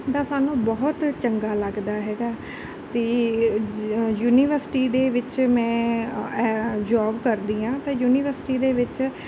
ਤਾਂ ਸਾਨੂੰ ਬਹੁਤ ਚੰਗਾ ਲੱਗਦਾ ਹੈਗਾ ਅਤੇ ਯੂਨੀਵਰਸਿਟੀ ਦੇ ਵਿੱਚ ਮੈਂ ਜੋਬ ਕਰਦੀ ਹਾਂ ਅਤੇ ਯੂਨੀਵਰਸਿਟੀ ਦੇ ਵਿੱਚ